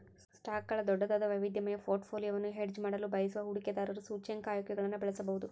ಸ್ಟಾಕ್ಗಳ ದೊಡ್ಡದಾದ, ವೈವಿಧ್ಯಮಯ ಪೋರ್ಟ್ಫೋಲಿಯೊವನ್ನು ಹೆಡ್ಜ್ ಮಾಡಲು ಬಯಸುವ ಹೂಡಿಕೆದಾರರು ಸೂಚ್ಯಂಕ ಆಯ್ಕೆಗಳನ್ನು ಬಳಸಬಹುದು